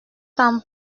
temps